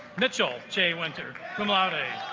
mitchell j winter cumali